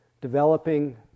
Developing